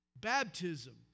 baptism